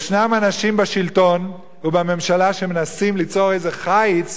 ישנם אנשים בשלטון ובממשלה שמנסים ליצור איזה חיץ,